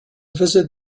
visit